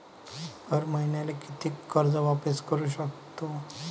हर मईन्याले कितीक कर्ज वापिस करू सकतो?